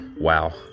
Wow